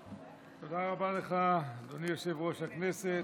לך, אדוני יושב-ראש הכנסת.